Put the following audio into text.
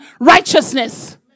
righteousness